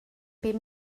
bum